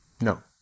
No